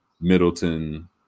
Middleton